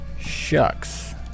Shucks